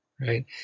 right